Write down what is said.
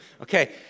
Okay